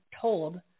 told